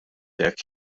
hekk